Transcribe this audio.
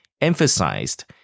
emphasized